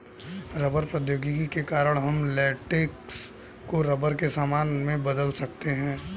rubber प्रौद्योगिकी के कारण हम लेटेक्स को रबर के सामान में बदल सकते हैं